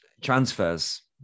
transfers